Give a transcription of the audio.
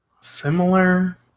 similar